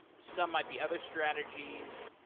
some might be other strategies,